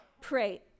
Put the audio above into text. pray